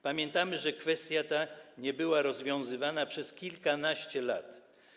Pamiętamy, że ta kwestia nie była rozwiązywana przez kilkanaście lat.